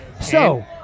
So-